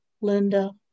Linda